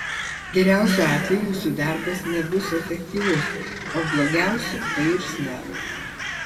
geriausiu atveju jūsų darbas nebus efektyvus o blogiausiu pairs nervai